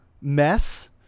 mess